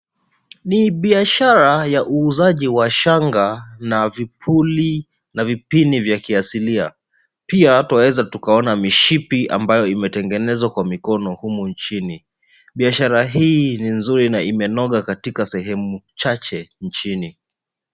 Ni biashara ya uuzaji wa shanga na vipini vya kiasilia. Pia twaweza tukaona mishipi ambayo imetengenezwa kwa mikono humu nchini. Biashara hii ni nzuri na imenoga katika sehemu chache nchini.